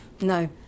No